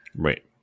right